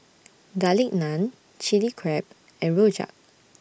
Garlic Naan Chili Crab and Rojak